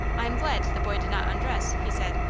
i am glad the boy did not undress, he said.